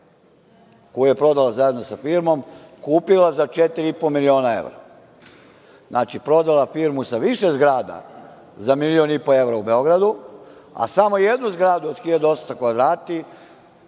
koju je prodao zajedno sa firmom, kupila za četiri i po miliona evra. Znači, prodala firmu sa više zgrada za milion i po evra u Beogradu, a samo jednu zgradu od 1.800 kvadrata